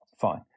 Fine